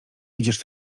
idziesz